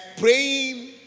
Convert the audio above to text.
praying